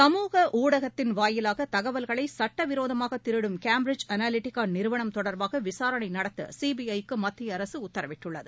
சமூக ஊடகத்தின் வாயிலாக தகவல்களை சட்டவிரோதமாக திருடும் கேம்பிரிஜ் அளலிட்டிகா நிறுவனம் தொடர்பாக விசாரணை நடத்த சிபிஐ க்கு மத்திய அரசு உத்தரவிட்டுள்ளது